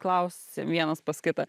klausėm vienas pas kitą